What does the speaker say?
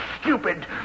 stupid